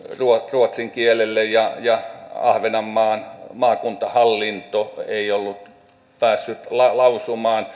ruotsin kielelle eikä ahvenanmaan maakuntahallinto ollut päässyt lausumaan